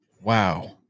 Wow